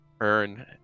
earn